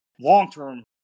long-term